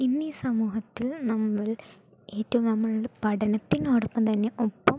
ഇന്ന് ഈ സമൂഹത്തിൽ നമ്മൾ ഏറ്റവും നമ്മളുടെ പഠനത്തിനോടൊപ്പം തന്നെ ഒപ്പം